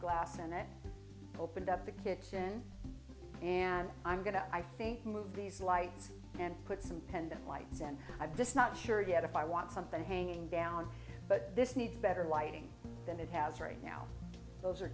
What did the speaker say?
glass and i opened up the kitchen and i'm going to i think move these lights and put some pendant lights and i did this not sure yet if i want something hanging down but this needs better lighting than it has right now those are